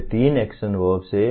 ये तीन action verbs हैं